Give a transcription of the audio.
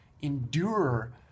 endure